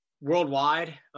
worldwide